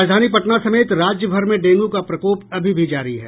राजधानी पटना समेत राज्यभर में डेंगू का प्रकोप अभी भी जारी है